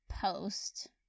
post